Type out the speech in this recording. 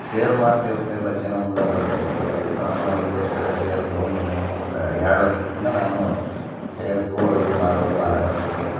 share market ಬಗ್ಗೆ ನಮ್ಗೆ ಗೊತ್ತೈತಿ ನಾನು ಒಂದಿಷ್ಟು ಸೇರ್ ತೊಗೊಂಡೀನಿ ಒಂದು ಎರಡು ವರ್ಷದಿಂದ ನಾನು ಸೇರ್ ತೊಗೊಳ್ಳೋದು ಮಾರೋದು ಮಾಡಕತ್ತೀನಿ